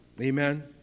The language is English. Amen